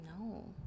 No